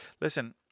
Listen